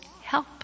help